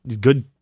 good